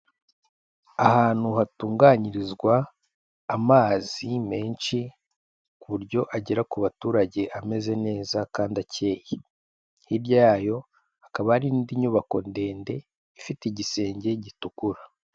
Ahantu hatunganyirizwa amazi menshi ku buryo agera ku baturage ameze neza kandi akeye, hirya yayo hakaba ari indi nyubako ndende ifite igisenge gitukura.